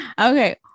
okay